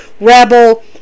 Rebel